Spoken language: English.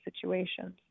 situations